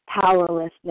powerlessness